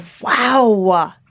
Wow